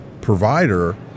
provider